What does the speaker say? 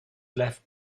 left